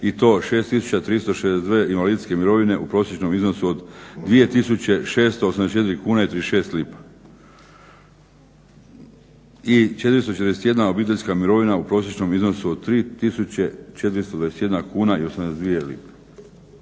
i to 6362 invalidske mirovine u prosječnom iznosu od 2684 kune i 36 lipa. I 441 obiteljska mirovina u prosječnom iznosu od 3 tisuće 421 kuna i 82 lipe.